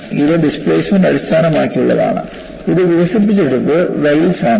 ഇത് ഡിസ്പ്ലേസ്മെൻറ് അടിസ്ഥാനമാക്കിയുള്ളതാണ് ഇത് വികസിപ്പിച്ചെടുത്തത് വെൽസ് ആണ്